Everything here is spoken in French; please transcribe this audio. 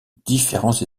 différents